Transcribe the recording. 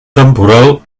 temporal